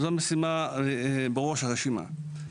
וזו המשימה בראש הרשימה.